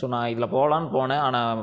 so நான் இதில் போகலான் போனேன் ஆனால்